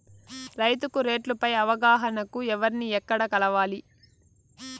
రైతుకు రేట్లు పై అవగాహనకు ఎవర్ని ఎక్కడ కలవాలి?